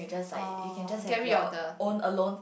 oh get rid of the